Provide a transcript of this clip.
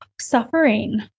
suffering